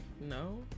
No